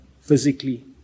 physically